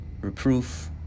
reproof